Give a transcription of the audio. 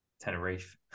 Tenerife